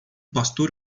pastor